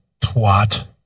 twat